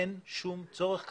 אין שום צורך כזה.